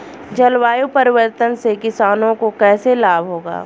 जलवायु परिवर्तन से किसानों को कैसे लाभ होगा?